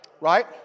Right